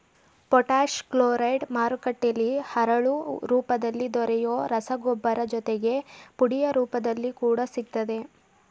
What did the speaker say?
potash chloride ಮಾರುಕಟ್ಟೆಲಿ ಹರಳು ರೂಪದಲ್ಲಿ ದೊರೆಯೊ ರಸಗೊಬ್ಬರ ಜೊತೆಗೆ ಪುಡಿಯ ರೂಪದಲ್ಲಿ ಕೂಡ ಸಿಗ್ತದೆ